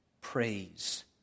praise